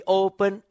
open